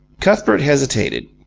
cuthbert hesitated.